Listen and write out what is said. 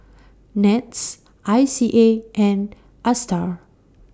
Nets I C A and ASTAR